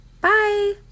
Bye